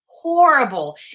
horrible